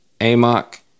Amok